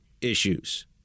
issues